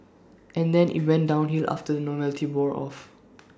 and then IT went downhill after the novelty wore off